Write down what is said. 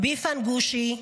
ביפין ג'ושי,